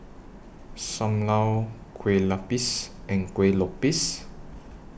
SAM Lau Kueh Lapis and Kueh Lopes